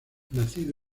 nacido